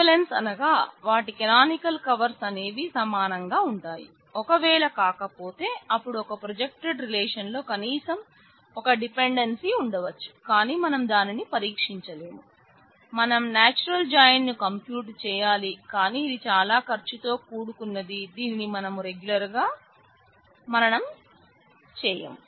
equivalence ను compute చేయాలి కాని ఇది చాలా ఖర్చుతో కూడుకున్నది దీనిని మనం రెగ్యులర్ గా వీటిన మనం చేయం